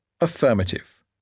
Affirmative